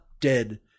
dead